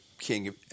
king